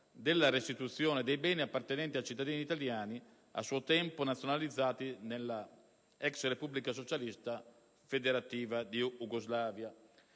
della restituzione dei beni appartenenti a cittadini italiani a suo tempo nazionalizzati dalla ex Repubblica Socialista Federativa di Jugoslavia.